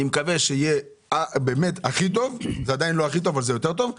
זה עדיין לא הכי טוב אבל יותר טוב.